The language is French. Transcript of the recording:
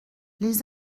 les